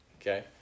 okay